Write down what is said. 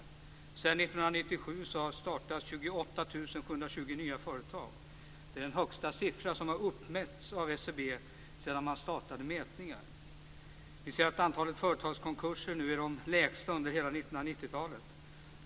Sedan 1997 har det startat 28 720 nya företag. Det är den högsta siffra som har uppmätts av SCB sedan man startade mätningar. Vi ser att antalet företagskonkurser nu är de lägsta under hela 1990 talet.